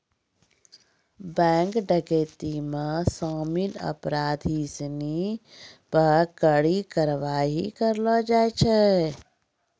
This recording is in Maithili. बैंक डकैती मे शामिल अपराधी सिनी पे कड़ी कारवाही करलो जाय छै